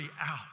out